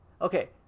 Okay